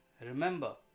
Remember